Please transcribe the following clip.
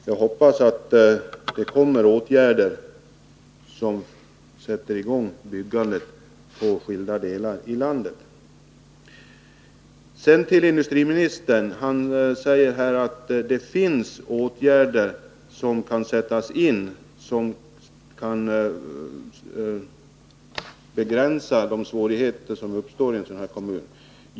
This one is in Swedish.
Jag hoppas på åtgärder, så att man kan sätta i gång med byggandet i skilda delar av landet. Industriministern säger här att det finns åtgärder som kan sättas in, vilka syftar till att begränsa de svårigheter som uppstår i en kommun av det här slaget.